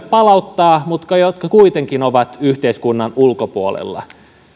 palauttaa mutta jotka ovat yhteiskunnan ulkopuolella